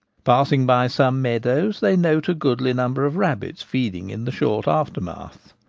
passing by some meadows, they note a goodly num ber of rabbits feeding in the short aftermath.